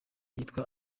yitwa